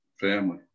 family